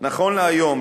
נכון להיום,